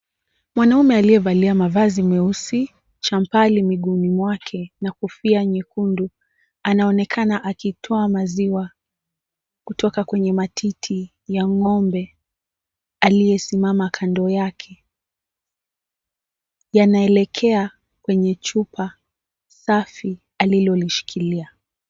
Mwanaume aliyevalia mavazi meusi, champali miguuni mwake na kofia nyekundu anaonekana akitoa maziwa kutoka kwenye matiti ya ng'ombe aliyesimama kando yake, yanaelekea kwenye chupa safi alilolishikilia.